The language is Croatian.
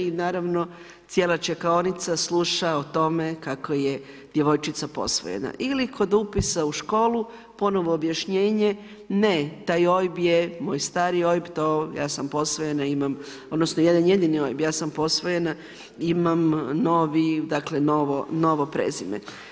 I naravno cijela čekaonica sluša o tome kako je djevojčica posvojena ili kod upisa u školu ponovo objašnjenje, ne, taj OIB je moj stari OIB ja sam posvojena odnosno jedan jedini OIB, ja sam posvojena imam novo prezime.